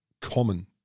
common